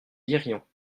lirions